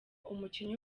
umukinnyi